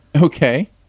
Okay